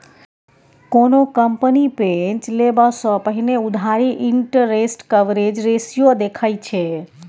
कोनो कंपनी पैंच लेबा सँ पहिने उधारी इंटरेस्ट कवरेज रेशियो देखै छै